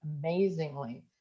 amazingly